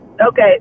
Okay